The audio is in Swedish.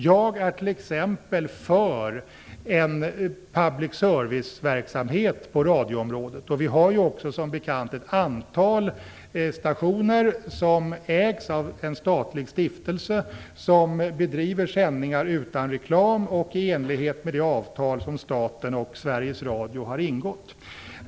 Jag är t.ex. för en public serviceverksamhet på radioområdet. Vi har också som bekant ett antal stationer som ägs av en statlig stiftelse som bedriver sändningar utan reklam och i enlighet med det avtal som staten och Sveriges Radio har ingått.